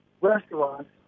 restaurants